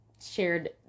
shared